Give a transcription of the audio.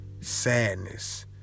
Sadness